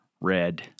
red